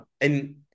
And-